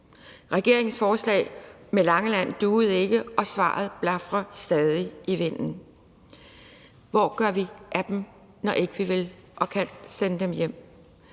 regeringens forslag med Langeland duede ikke, og svaret blafrer stadig i vinden. Hvor gør vi af dem, når ikke vi vil og kan sende dem hjem?